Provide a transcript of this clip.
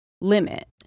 limit